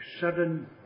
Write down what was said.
sudden